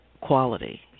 quality